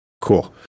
Cool